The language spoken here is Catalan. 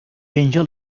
penja